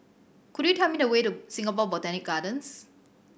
could you tell me the way to Singapore Botanic Gardens